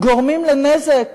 גורמים נזק